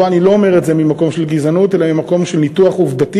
פה אני לא אומר את זה ממקום של גזענות אלא ממקום של ניתוח עובדתי,